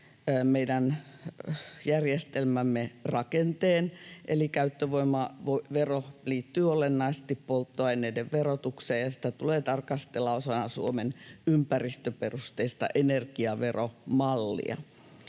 meidän järjestelmämme rakenteen. Eli käyttövoimavero liittyy olennaisesti polttoaineiden verotukseen, ja sitä tulee tarkastella osana Suomen ympäristöperusteista energiaveromallia.